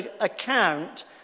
account